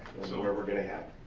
so whatever we're gonna have.